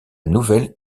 nouvelle